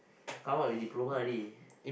come out with diploma already